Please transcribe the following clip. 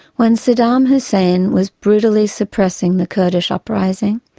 when saddam hussein was brutally suppressing the kurdish uprising,